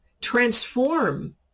transform